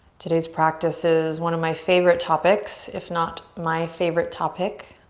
today's practice is one of my favorite topics if not my favorite topic